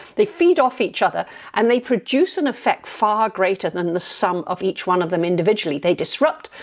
they feed off each other and they produce an effect far greater than the sum of each one of them individually. they disrupt.